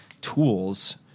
tools